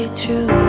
true